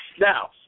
Now